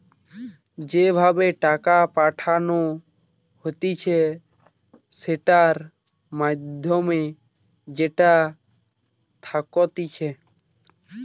যে ভাবে টাকা পাঠানো হতিছে সেটার মাধ্যম যেটা থাকতিছে